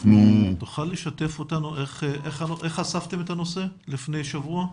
תוכל לשתף אותנו איך חשפתם את הנושא לפני שבוע?